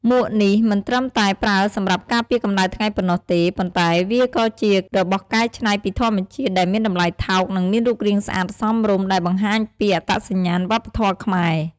មួកនេះមិនត្រឹមតែប្រើសម្រាប់ការពារកំដៅថ្ងៃប៉ុណ្ណោះទេ ប៉ុន្តែវាក៏ជារបស់កែច្នៃពីធម្មជាតិដែលមានតម្លៃថោក និងមានរូបរាងស្អាតសមរម្យ ដែលបង្ហាញពី អត្តសញ្ញាណវប្បធម៌ខ្មែរ។